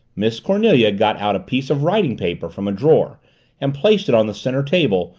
miss cornelia got out piece of writing paper from a drawer and placed it on the center table,